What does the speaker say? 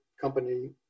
company